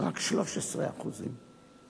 רק 13%;